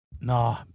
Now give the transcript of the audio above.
No